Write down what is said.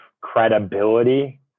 credibility